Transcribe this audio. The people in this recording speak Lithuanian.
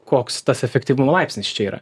koks tas efektyvumo laipsnis čia yra